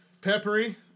Peppery